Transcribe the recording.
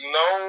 no –